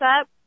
up